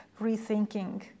rethinking